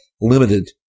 limited